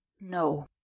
No